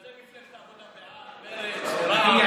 בגלל זה מפלגת העבודה בעד, ומרצ ורע"מ.